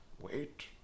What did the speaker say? Wait